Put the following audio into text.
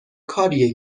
کاریه